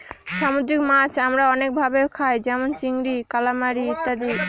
সামুদ্রিক মাছ আমরা অনেক ভাবে খায় যেমন চিংড়ি, কালামারী ইত্যাদি